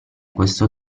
questo